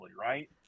right